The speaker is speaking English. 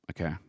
okay